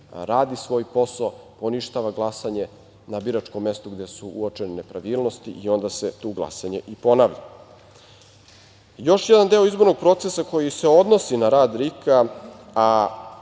radi svoj posao, poništava glasanje na biračkom mestu gde su uočene nepravilnosti i onda se tu glasanje i ponavlja. Još jedan deo izbornog procesa koji se odnosi na rad RIK,